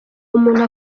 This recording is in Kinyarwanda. umuntu